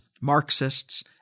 Marxists